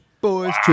Boys